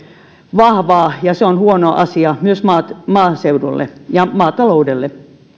vahvaa ja se on huono asia myös maaseudulle ja maataloudelle